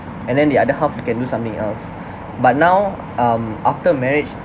and then the other half you can do something else but now um after marriage